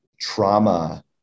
trauma